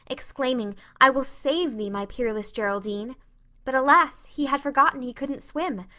exclaiming, i will save thee, my peerless geraldine but alas, he had forgotten he couldn't swim,